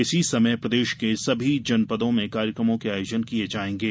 इसी समय प्रदेश के सभी जनपदों में कार्यक्रमों के आयोजन किये जायेंगे